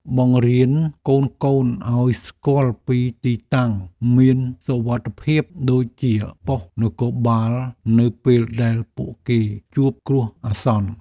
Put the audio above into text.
បង្រៀនកូនៗឱ្យស្គាល់ពីទីតាំងមានសុវត្ថិភាពដូចជាប៉ុស្តិ៍នគរបាលនៅពេលដែលពួកគេជួបគ្រោះអាសន្ន។